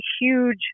huge